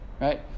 Right